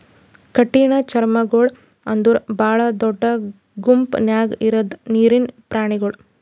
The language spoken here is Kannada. ಕಠಿಣಚರ್ಮಿಗೊಳ್ ಅಂದುರ್ ಭಾಳ ದೊಡ್ಡ ಗುಂಪ್ ನ್ಯಾಗ ಇರದ್ ನೀರಿನ್ ಪ್ರಾಣಿಗೊಳ್